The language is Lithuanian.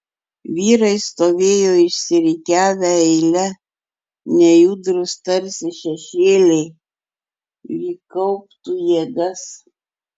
vyrai stovėjo išsirikiavę eile nejudrūs tarsi šešėliai lyg kauptų jėgas